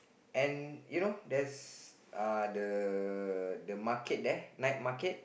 and you know there's uh the the market there night market